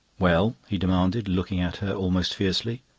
well? he demanded, looking at her almost fiercely.